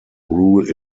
role